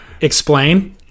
Explain